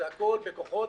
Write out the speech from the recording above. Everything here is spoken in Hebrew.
והכול בכוחות